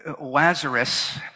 Lazarus